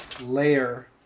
layer